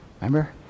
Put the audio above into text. Remember